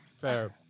fair